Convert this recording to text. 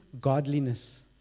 godliness